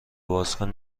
بازکن